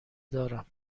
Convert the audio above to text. دارم